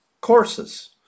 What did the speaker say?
courses